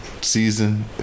season